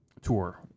tour